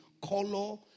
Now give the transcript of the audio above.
color